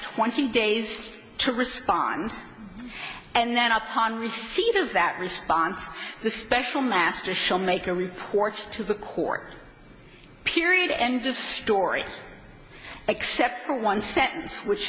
twenty days to respond and then upon receipt of that response the special master shall make a report to the court period end of story except for one sentence which